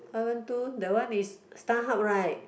five one two that one is Starhub right